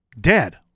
dead